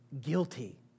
guilty